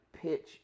pitch